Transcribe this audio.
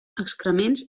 excrements